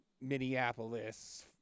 Minneapolis